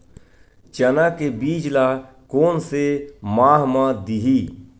चना के बीज ल कोन से माह म दीही?